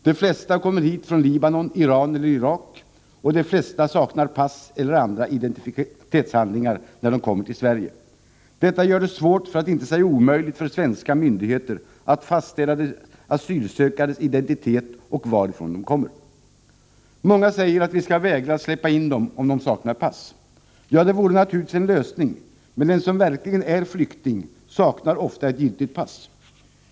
De flesta kommer från Libanon, Iran och Irak, och de flesta saknar pass eller andra identitetshandlingar när de kommer till Sverige. Detta gör det svårt för att inte säga omöjligt för svenska myndigheter att fastställa de asylsökandes identitet och varifrån de kommer. Många säger då att vi skall vägra att släppa in dem som saknar pass. Ja, det vore naturligtvis en lösning, men den som verkligen är flykting saknar ofta giltigt pass.